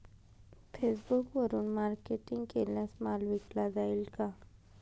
फेसबुकवरुन मार्केटिंग केल्यास माल विकला जाईल का?